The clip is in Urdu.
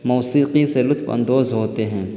موسیقی سے لطف اندوز ہوتے ہیں